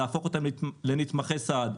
להפוך אותם לנתמכי סעד,